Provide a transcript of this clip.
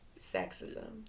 sexism